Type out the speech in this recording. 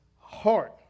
heart